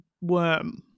worm